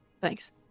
Thanks